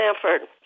Stanford